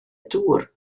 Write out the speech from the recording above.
dŵr